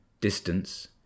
distance